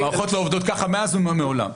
המערכות לא עובדות ככה מאז ומעולם.